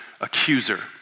accuser